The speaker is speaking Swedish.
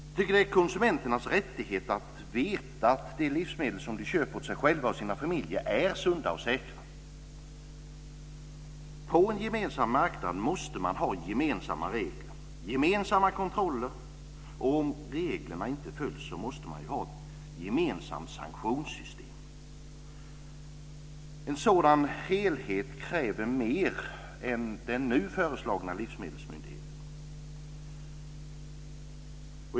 Jag tycker att det är konsumenternas rättighet att veta att de livsmedel som de köper åt sig själva och sina familjer är sunda och säkra. På en gemensam marknad måste man ha gemensamma regler och gemensamma kontroller och, om reglerna inte följs, ett gemensamt sanktionssystem. En sådan helhet kräver mer än den nu föreslagna livsmedelsmyndigheten.